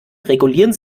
regulieren